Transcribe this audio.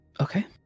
Okay